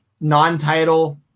non-title